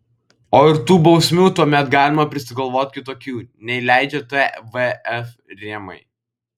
o ir tų bausmių tuomet galima prisigalvoti kitokių nei leidžia tvf rėmai